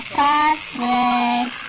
password